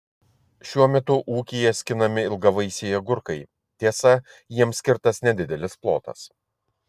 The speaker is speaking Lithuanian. šiuo metu ūkyje skinami ilgavaisiai agurkai tiesa jiems skirtas nedidelis plotas